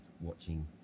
watching